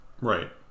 right